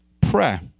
prayer